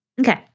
Okay